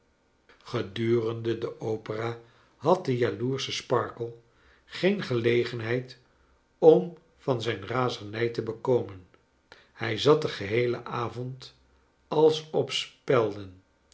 gedurende de opera had de jaloersche sparkler geen gelegenheid om van zijn razernij te bekomen hij zat den geheelen avond als